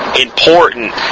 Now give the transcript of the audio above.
important